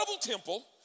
temple